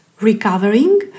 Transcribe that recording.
recovering